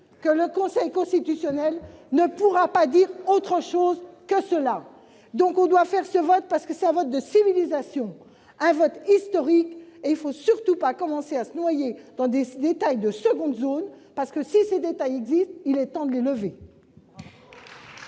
le Conseil constitutionnel ne pourra pas dire autre chose que cela. Nous devons voter ces dispositions. C'est un vote de civilisation, un vote historique. Il ne faut surtout pas commencer à se noyer dans des détails de seconde zone ; et, si ces détails existent, il est temps de les écarter